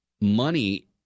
money